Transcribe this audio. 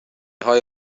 های